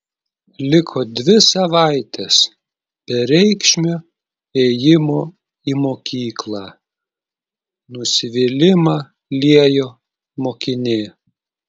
liko dvi savaitės bereikšmio ėjimo į mokyklą nusivylimą liejo mokinė